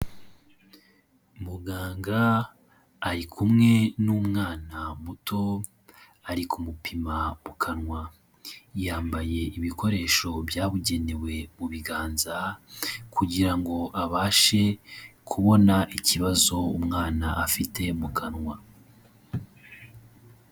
Muganga ari kumwe n'umwana muto ari kumupima mu kanwa, yambaye ibikoresho byabugenewe mu biganza kugira ngo abashe kubona ikibazo umwana afite mu kanwa.